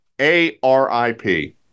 A-R-I-P